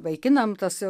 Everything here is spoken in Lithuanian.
vaikinam tas